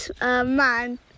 man